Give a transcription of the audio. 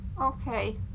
Okay